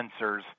sensors